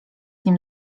nim